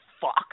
fuck